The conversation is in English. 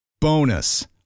Bonus